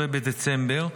התשפ"ה, 16 בדצמבר,